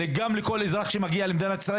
וגם לכל אזרח שמגיע למדינת ישראל,